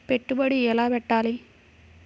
పెట్టుబడి ఎలా పెట్టాలి?